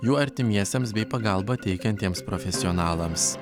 jų artimiesiems bei pagalbą teikiantiems profesionalams